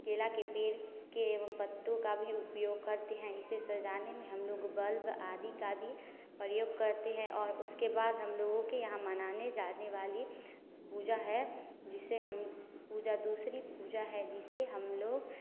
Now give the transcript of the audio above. केला के पेड़ के एवं पत्तों का भी उपयोग करते हैं इसे सजाने में हम लोग बल्ब आदि का भी प्रयोग करते हैं और उसके बाद हम लोगों के यहाँ मनाने जाने वाली पूजा है जिसे हम पूजा दूसरी पूजा है जिसे हम लोग